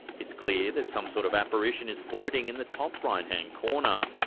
it's clear that some sort of apparition is floating in the top right hand corner.